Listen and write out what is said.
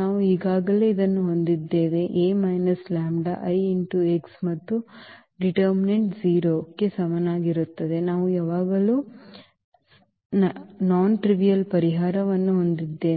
ನಾವು ಈಗಾಗಲೇ ಇದನ್ನು ಹೊಂದಿದ್ದೇವೆ A λI x ಮತ್ತು ನಿರ್ಣಾಯಕವು 0 ಕ್ಕೆ ಸಮನಾಗಿರುತ್ತದೆ ನಾವು ಯಾವಾಗಲೂ ನನ್ನ್ ಟ್ರಿವಿಅಲ್ ಪರಿಹಾರವನ್ನು ಹೊಂದಿದ್ದೇವೆ